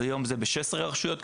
היום זה ב-16 רשויות,